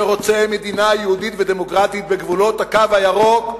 שרוצה מדינה יהודית ודמוקרטית בגבולות "הקו הירוק",